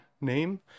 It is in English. name